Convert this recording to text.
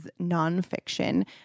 nonfiction